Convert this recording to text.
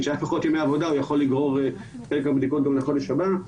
היו פחות ימי עבודה הוא יכול לגרור את הבדיקות גם לחודש הבא.